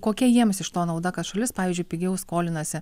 kokia jiems iš to nauda kad šalis pavyzdžiui pigiau skolinasi